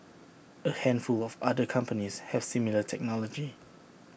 A handful of other companies has similar technology